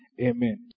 Amen